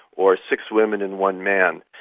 or six women and one man,